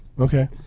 Okay